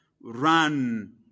Run